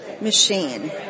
machine